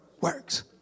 works